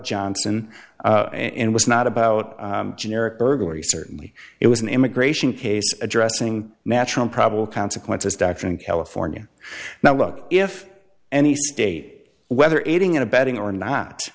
johnson and was not about generic burglary certainly it was an immigration case addressing natural probable consequences doctor in california now look if any state whether aiding and abetting or not